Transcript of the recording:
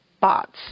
bots